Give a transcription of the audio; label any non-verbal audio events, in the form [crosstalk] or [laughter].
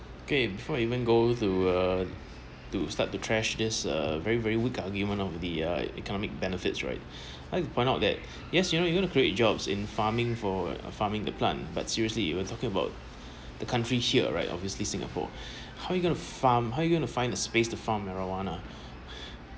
okay before even goes to a to start the trash this is a very very weak argument of the a economic benefits right [breath] I'd like to point out that yes you know you gonna create jobs in farming for farming the plant but seriously you're talking about the country here right obviously singapore [breath] how you going to farm how you going to find space to farm marijuana [breath]